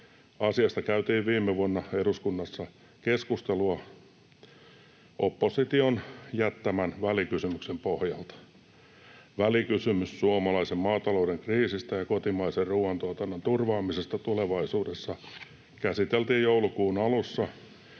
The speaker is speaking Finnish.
Asiasta käytiin viime vuonna eduskunnassa keskustelua opposition jättämän välikysymyksen pohjalta. Välikysymys suomalaisen maatalouden kriisistä ja kotimaisen ruoantuotannon turvaamisesta tulevaisuudessa käsiteltiin joulukuun alussa,